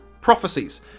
prophecies